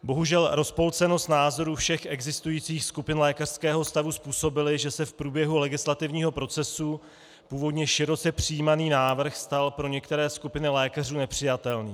Bohužel rozpolcenost názorů všech existujících skupin lékařského stavu způsobila, že se v průběhu legislativního procesu původně široce přijímaný návrh stal pro některé skupiny lékařů nepřijatelným.